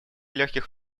легких